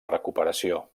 recuperació